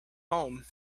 home